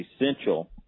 essential